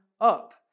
up